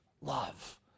Love